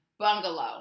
Bungalow